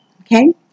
okay